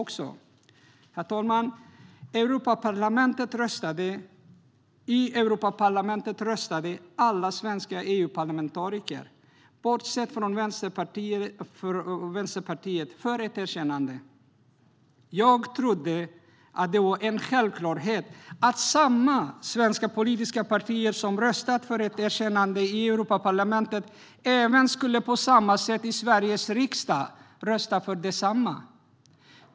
Herr talman! I Europaparlamentet röstade alla svenska EU-parlamentariker, bortsett från Vänsterpartiets ledamot, för ett erkännande. Jag trodde att det var en självklarhet att de svenska politiska partier som röstat för ett erkännande i Europaparlamentet skulle rösta på samma sätt i Sveriges riksdag.